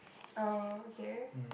oh okay